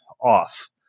off